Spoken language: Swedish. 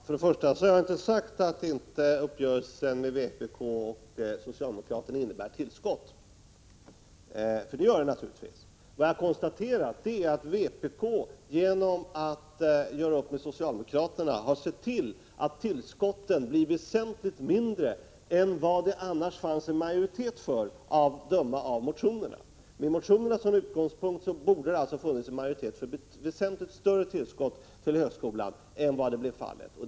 Fru talman! Jag har inte sagt att uppgörelsen mellan vpk och socialdemokraterna inte innebär tillskott, för det gör den naturligtvis. Vad jag konstaterar är att vpk genom att göra upp med socialdemokraterna ser till att tillskotten blir väsentligt mindre än vad det annars av reservationerna att döma fanns en majoritet för. Med motionerna som utgångspunkt borde det alltså ha funnits en majoritet för väsentligt större tillskott till högskolan än vad som nu blir fallet.